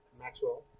Maxwell